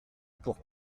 pour